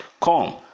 come